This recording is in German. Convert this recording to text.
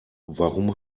warum